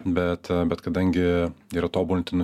bet bet kadangi yra tobulintinų